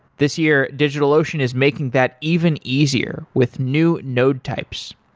this year, digitalocean is making that even easier with new node types.